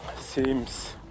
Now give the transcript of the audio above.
Seems